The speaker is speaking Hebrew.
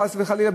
חס וחלילה,